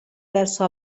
verso